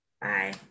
Bye